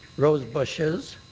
rose bushes,